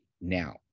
now